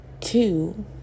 Two